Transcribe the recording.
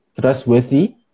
trustworthy